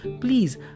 please